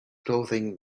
clothing